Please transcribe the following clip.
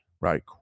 Right